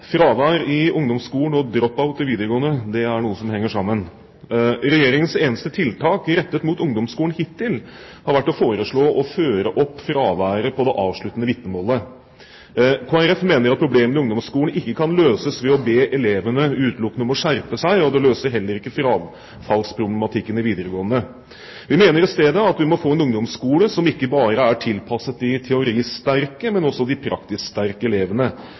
Fravær i ungdomsskolen og drop-out i videregående er noe som henger sammen. Regjeringens eneste tiltak rettet mot ungdomsskolen hittil har vært å foreslå å føre opp fraværet på det avsluttende vitnemålet. Kristelig Folkeparti mener at problemene i ungdomsskolen ikke kan løses utelukkende ved å be elevene om å skjerpe seg, og det løser heller ikke frafallsproblematikken i videregående. Vi mener i stedet at vi må få en ungdomsskole som ikke bare er tilpasset de teoretisk sterke, men også de praktisk sterke elevene.